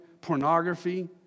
pornography